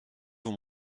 vous